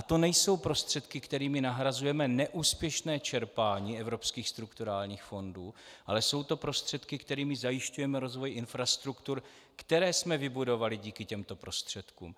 To nejsou prostředky, kterými nahrazujeme neúspěšné čerpání evropských strukturálních fondů, ale jsou to prostředky, kterými zajišťujeme rozvoj infrastruktur, které jsme vybudovali díky těmto prostředkům.